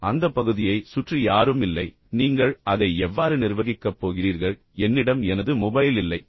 எனவே அந்த பகுதியை சுற்றி யாரும் இல்லை நீங்கள் அதை எவ்வாறு நிர்வகிக்கப் போகிறீர்கள் என்னிடம் எனது மொபைல் இல்லை